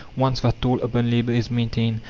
once that toll upon labour is maintained,